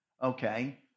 Okay